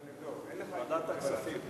אין לך התנגדות לוועדת הכספים?